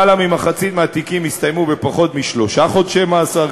למעלה ממחצית מהתיקים הסתיימו בפחות משלושה חודשי מאסר.